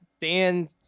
Dan